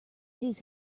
his